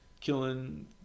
killing